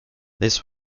this